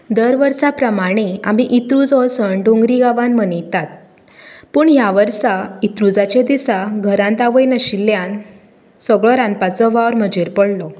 दर वर्सा प्रमाणे आमी इंत्रुज हो सण डोंगरी गांवान मनयतात पूण ह्या वर्सा इंत्रुजाच्या दिसा घरांत आवय नाशिल्ल्यान सगळो रांदपाचो वावर म्हजेर पडलो